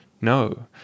No